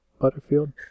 Butterfield